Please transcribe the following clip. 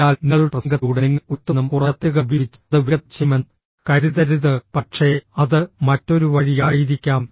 അതിനാൽ നിങ്ങളുടെ പ്രസംഗത്തിലൂടെ നിങ്ങൾ ഉയർത്തുമെന്നും കുറഞ്ഞ തെറ്റുകൾ ഉപയോഗിച്ച് അത് വേഗത്തിൽ ചെയ്യുമെന്നും കരുതരുത് പക്ഷേ അത് മറ്റൊരു വഴിയായിരിക്കാം